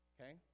okay